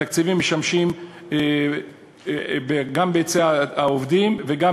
התקציבים משמשים גם להיצע העובדים וגם